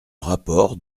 rapport